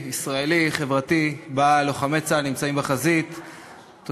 יוני שטבון וקבוצת חברי הכנסת, לקריאה